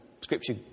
scripture